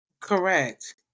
correct